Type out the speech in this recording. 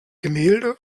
gemälde